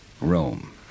Rome